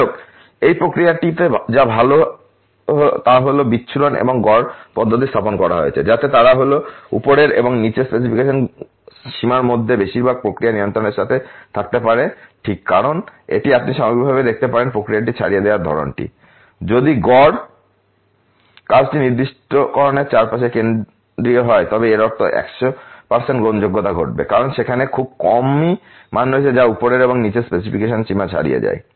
যাইহোক এই প্রক্রিয়াটিতে যা ভাল তা হল বিচ্ছুরণ এবং গড়টি পদ্ধতিতে স্থাপন করা হয়েছে যাতে তারা হল উপরের এবং নীচের স্পেসিফিকেশন সীমাগুলির মধ্যে বেশিরভাগ প্রক্রিয়া নিয়ন্ত্রণের সাথে থাকতে পারে ঠিক কারণ এটি আপনি সামগ্রিকভাবে দেখতে পারবেন প্রক্রিয়াটি ছড়িয়ে দেওয়ার ধরণটি যদি গড় কাজটি নির্দিষ্টকরণের চারপাশে কেন্দ্রীয় হয় তবে এর অর্থ প্রায় 100 গ্রহণযোগ্যতা ঘটবে কারণ সেখানে খুব কমই মান রয়েছে যা উপরের এবং নীচের স্পেসিফিকেশনের সীমা ছাড়িয়ে যায়